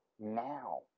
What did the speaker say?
now